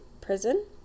prison